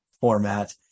format